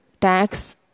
tax